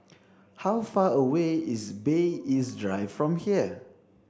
how far away is Bay East Drive from here